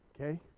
okay